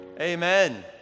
amen